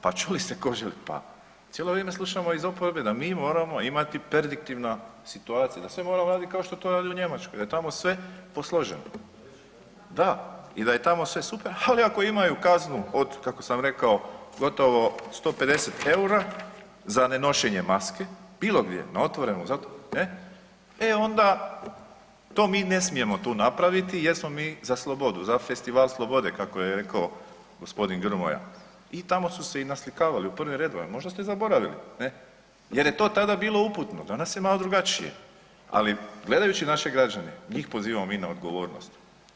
Pa čuli ste ko želi, pa cijelo vrijeme slušamo iz oporbe da mi moramo imati perdiktivnu situaciju, da sve moramo radit kao što to rade u Njemačkoj, da je tamo sve posloženo. … [[Upadica iz klupe se ne razumije]] Da, i da je tamo sve super, ali ako imaju kaznu od, kako sam rekao, gotovo 150 EUR-a za nenošenje maske bilo gdje na otvorenom, zatvorenom, e onda to mi ne smijemo tu napraviti jer smo mi za slobodu, za Festival slobode, kako je rekao g. Grmoja i tamo su se i naslikavali u prvim redovima, možda ste zaboravili ne, jer je to tada bilo uputno, danas je malo drugačije, ali gledajući naše građane njih pozivamo mi na odgovornost.